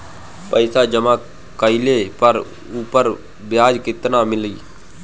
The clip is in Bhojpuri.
पइसा जमा कइले पर ऊपर ब्याज केतना मिली?